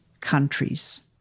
countries